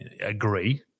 agree